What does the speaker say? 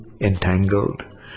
entangled